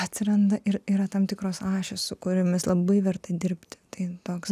atsiranda ir yra tam tikros ašys su kuriomis labai verta dirbti tai toks